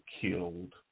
killed